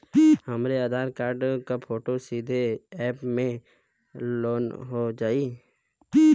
हमरे आधार कार्ड क फोटो सीधे यैप में लोनहो जाई?